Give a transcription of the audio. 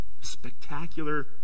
Spectacular